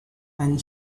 and